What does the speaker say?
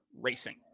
racing